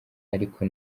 ariko